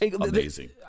amazing